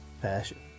Passion